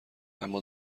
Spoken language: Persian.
اما